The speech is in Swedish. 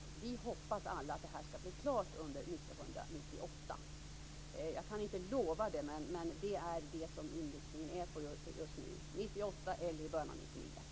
Vi hoppas alla att detta skall bli klart under 1998. Jag kan inte lova det, men det är inriktningen - 1998 eller början av 1999.